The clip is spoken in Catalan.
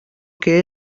que